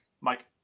Mike